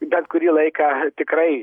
bent kurį laiką tikrai